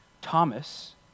Thomas